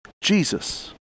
Jesus